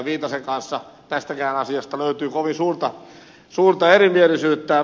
viitasen kanssa tästäkään asiasta löytyy kovin suurta erimielisyyttä